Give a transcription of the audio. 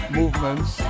movements